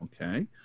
Okay